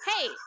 hey